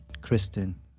Kristen